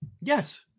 Yes